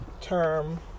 Term